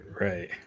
Right